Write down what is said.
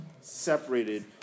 separated